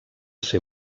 ser